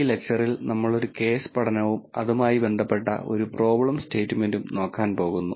ഈ ലെക്ച്ചറിൽ നമ്മൾ ഒരു കേസ് പഠനവും അതുമായി ബന്ധപ്പെട്ട ഒരു പ്രോബ്ലം സ്റ്റേറ്റ്മെന്റും നോക്കാൻ പോകുന്നു